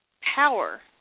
power